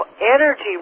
energy